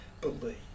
believe